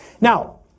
Now